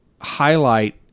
highlight